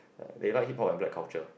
they like hip hop and black culture